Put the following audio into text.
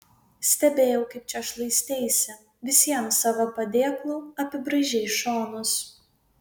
stebėjau kaip čia šlaisteisi visiems savo padėklu apibraižei šonus